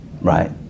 Right